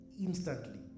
instantly